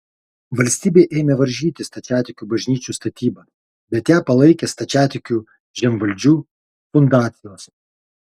valstybė ėmė varžyti stačiatikių bažnyčių statybą bet ją palaikė stačiatikių žemvaldžių fundacijos